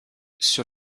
sur